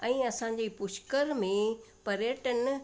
ऐं असांजे पुष्कर में पर्यटन